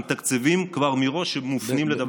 עם תקציבים שמופנים כבר מראש לדבר הזה.